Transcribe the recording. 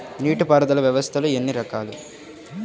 నీటిపారుదల వ్యవస్థలు ఎన్ని రకాలు?